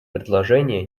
предложение